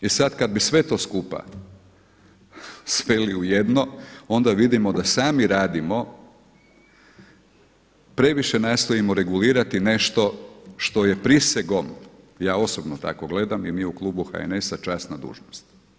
I sada kada bi sve to skupa sveli u jedno onda vidimo da sami radimo, previše nastojimo regulirati nešto što je prisegom, ja osobno tako gledam i mi u klubu HNS-a časna dužnost.